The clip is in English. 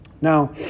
now